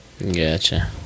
Gotcha